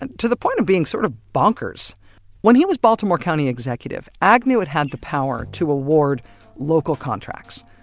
and to the point of being sort of bonkers when he was baltimore county executive, agnew had had the power to award local contracts.